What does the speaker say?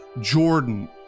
jordan